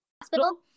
hospital